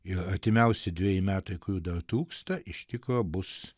ir artimiausi dveji metai kurių dar trūksta iš tikro bus